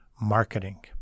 marketing